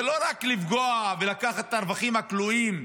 זה לא רק לפגוע ולקחת את הרווחים הכלואים,